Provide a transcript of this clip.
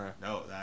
No